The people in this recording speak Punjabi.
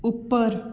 ਉੱਪਰ